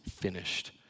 finished